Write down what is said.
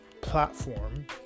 platform